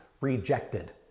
rejected